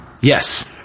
Yes